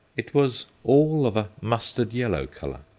it was all of a mustard-yellow colour.